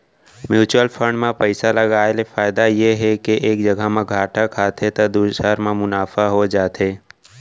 mutual fund म पइसा लगाय ले फायदा ये हे के एक जघा म घाटा खाथे त दूसर म मुनाफा हो जाथे